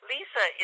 Lisa